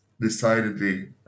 decidedly